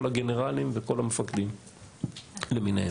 כל הגנרלים וכל המפקדים למיניהם.